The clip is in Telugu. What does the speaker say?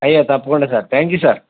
అయ్యో తప్పకుండా సార్ థ్యాంక్ యూ సార్